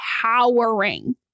towering